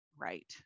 right